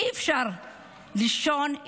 אי-אפשר עוד לישון,